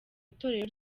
itorero